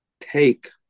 take